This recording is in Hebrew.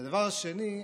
והדבר השני,